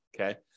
Okay